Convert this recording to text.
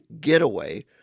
getaway